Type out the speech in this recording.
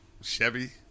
Chevy